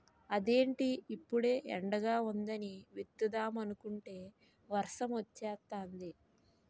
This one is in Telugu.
అదేటి ఇప్పుడే ఎండగా వుందని విత్తుదామనుకుంటే వర్సమొచ్చేతాంది